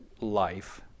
life